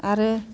आरो